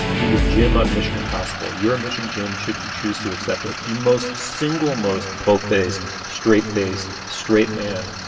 he is jim on mission impossible. your mission, jim, should you choose to accept it the most single, most po faced, straight faced straight man.